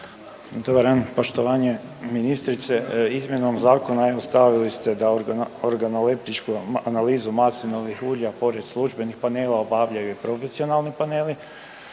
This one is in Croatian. Dobar dan, poštovanje. Ministrice, izmjenom zakona evo stavili ste da organoleptičku analizu maslinovih ulja pored službenih panela obavljaju i profesionalni paneli,